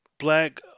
Black